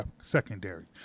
secondary